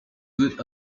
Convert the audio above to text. good